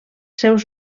seus